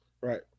Right